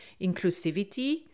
inclusivity